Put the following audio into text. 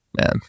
man